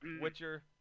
Witcher